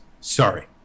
sorry